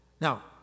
Now